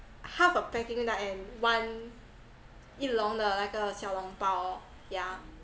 half a peking duck and one 一笼的那个小笼包 yeah